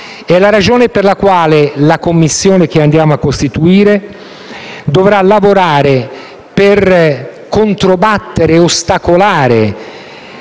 È la ragione per la quale la Commissione che andiamo a costituire dovrà lavorare per controbattere e ostacolare